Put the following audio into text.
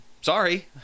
sorry